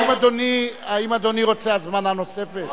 האם אדוני רוצה הזמנה נוספת?